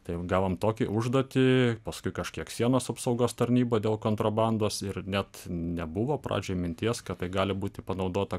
tai gavom tokį užduotį paskui kažkiek sienos apsaugos tarnyba dėl kontrabandos ir net nebuvo pradžioj minties kad gali būti panaudota